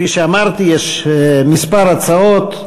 כפי שאמרתי, יש כמה הצעות.